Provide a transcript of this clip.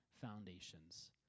foundations